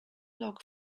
log